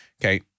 Okay